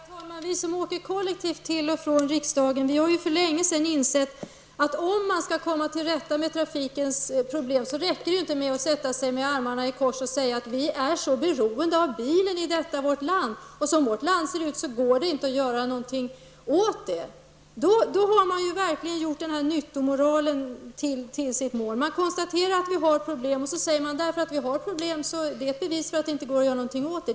Herr talman! Vi som åker kollektivt till och från riksdagen har för länge sedan insett att, om man skall komma till rätta med trafikproblemen räcker det inte med att sätta sig med armarna i kors och säga att vi är så beroende av bilen i detta vårt land, och som vårt land ser ut går det inte att göra något åt det. Då har man verkligen gjort nyttomoralen till sitt mål. Man konstaterar att vi har problem, och sedan säger man att för att vi har problem är det ett bevis för att det inte går att göra något åt det.